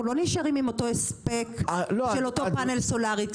אנחנו לא נשארים עם אותו הספק של אותו פאנל סולארי.